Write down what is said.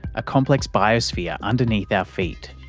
a complex biosphere underneath our feet.